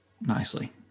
nicely